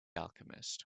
alchemist